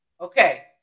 Okay